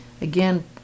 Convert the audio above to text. Again